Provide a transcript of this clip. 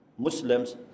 Muslims